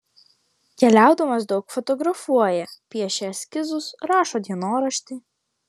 keliaudamas daug fotografuoja piešia eskizus rašo dienoraštį